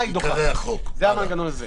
עיקרי החוק, בבקשה.